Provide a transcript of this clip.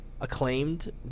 acclaimed